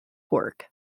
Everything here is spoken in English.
work